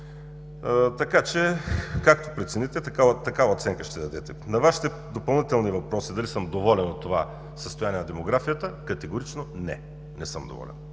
Така че както прецените, такава оценка ще дадете. На Вашите допълнителни въпроси – дали съм доволен от това състояние на демографията, категорично не. Не съм доволен!